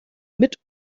mit